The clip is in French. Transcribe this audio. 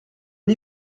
une